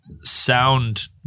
sound